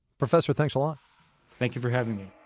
professor, thanks a lot thank you for having me